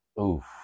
Oof